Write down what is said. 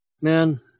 man